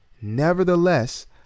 Nevertheless